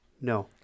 No